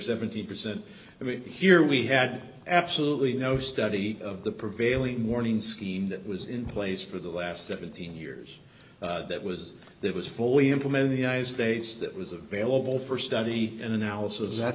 seventy percent i mean here we had absolutely no study of the prevailing morning scheme that was in place for the last seventeen years that was that was fully implemented the united states that was available for study and analysis that